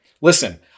listen